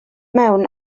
mewn